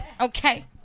Okay